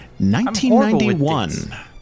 1991